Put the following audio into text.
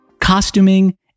costuming